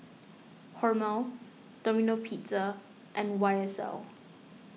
Hormel Domino Pizza and Y S L